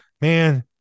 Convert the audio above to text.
man